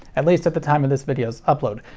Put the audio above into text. at least at the time of this video's upload.